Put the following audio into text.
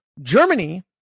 Germany